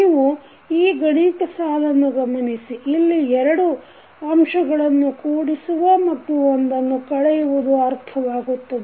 ನೀವು ಈ ಗಣಿತ ಸಾಲನ್ನು ಗಮನಿಸಿ ಇಲ್ಲಿ ಎರಡು ಅಂಶಗಳನ್ನು ಕೂಡಿಸುವ ಮತ್ತು ಒಂದನ್ನು ಕಳೆಯುವುದು ಅರ್ಥವಾಗುತ್ತದೆ